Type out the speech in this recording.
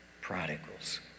prodigals